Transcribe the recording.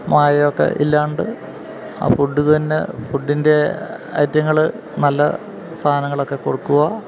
മായമൊക്കെയില്ലാതെ ആ ഫുഡ് തന്നെ ഫുഡിൻ്റെ ഐറ്റങ്ങള് നല്ല സാധനങ്ങളൊക്കെ കൊടുക്കുക